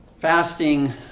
Fasting